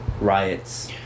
riots